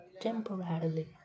temporarily